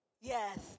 Yes